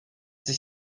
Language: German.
sich